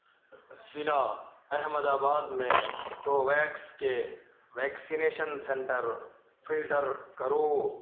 ضلع احمدآباد میں کوویکس کے ویکسینیشن سینٹر فلٹر کرو